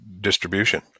distribution